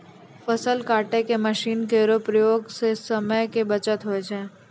फसल काटै के मसीन केरो प्रयोग सें समय के बचत होय छै